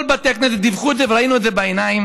כל בתי הכנסת דיווחו את זה, וראינו את זה בעיניים.